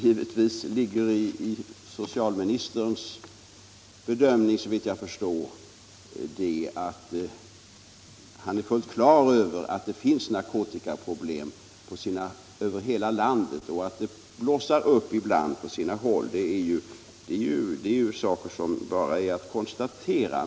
Givetvis ligger såvitt jag förstår i socialministerns bedömning att han är fullt på det klara med att det finns narkotikaproblem över hela landet, och att det ibland blossar upp sådana problem på sina håll är ett faktum som bara är att konstatera.